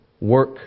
work